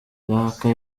kayonza